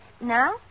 Now